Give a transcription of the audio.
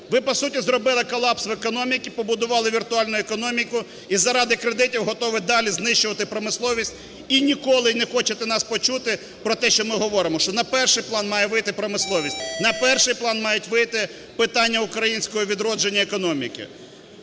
Ви по суті зробили колапс в економіці, побудували віртуальну економіку і заради кредитів готові далі знищувати промисловість, і ніколи не хочете нас почути про те, що ми говоримо. Що на перший план має вийти промисловість, на перший план мають вийти питання українського відродження економіки.